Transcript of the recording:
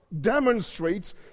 demonstrates